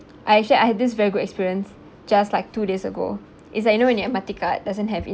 I actually I had this very good experience just like two days ago is like you know when your M_R_T card doesn't have